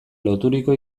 loturiko